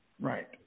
Right